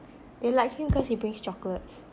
they like him cause he brings chocolates